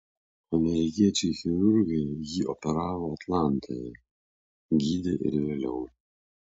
amerikiečiai chirurgai jį operavo atlantoje gydė ir vėliau